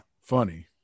funny